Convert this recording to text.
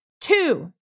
Two